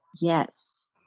yes